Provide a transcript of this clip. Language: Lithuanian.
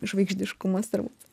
žvaigždiškumas turbūt